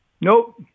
Nope